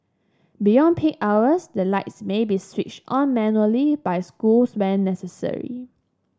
beyond peak hours the lights may be switched on manually by schools when necessary